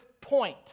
point